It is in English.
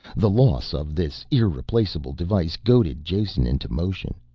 the loss of this irreplaceable device goaded jason into motion,